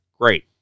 great